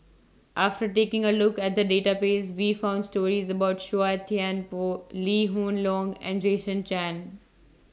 after taking A Look At The Database We found stories about Chua Thian Poh Lee Hoon Leong and Jason Chan